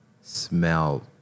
smell